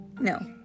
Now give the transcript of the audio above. No